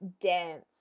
dance